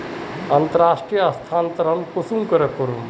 अंतर्राष्टीय स्थानंतरण कुंसम करे करूम?